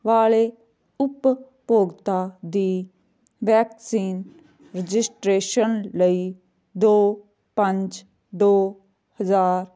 ਵਾਲੇ ਉਪਭੋਗਤਾ ਦੀ ਵੈਕਸੀਨ ਰਜਿਸਟ੍ਰੇਸ਼ਨ ਲਈ ਦੋ ਪੰਜ ਦੋ ਹਜ਼ਾਰ